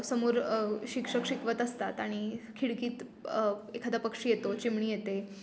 समोर शिक्षक शिकवत असतात आणि खिडकीत एखादा पक्षी येतो चिमणी येते